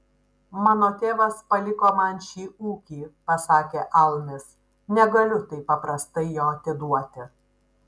mano tėvas paliko man šį ūkį pasakė almis negaliu taip paprastai jo atiduoti